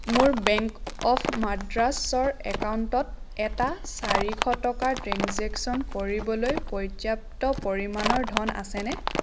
মোৰ bank of মাড্ৰাছৰ একাউণ্টত এটা চাৰিশ টকাৰ ট্ৰেঞ্জেকশ্য়ন কৰিবলৈ পৰ্যাপ্ত পৰিমাণৰ ধন আছেনে